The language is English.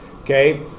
Okay